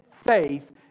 faith